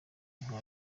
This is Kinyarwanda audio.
nka